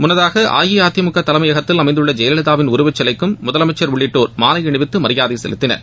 முன்னதாக அஇஅதிமுக தலைமையகத்தில் அமைந்துள்ள ஜெயலலிதாவின் உருவச்சிலைக்கும் முதலமைச்சர் உள்ளிட்டோர் மாலை அணிவித்து மரியாதை செலுத்தினர்